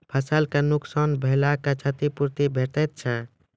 फसलक नुकसान भेलाक क्षतिपूर्ति भेटैत छै?